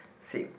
same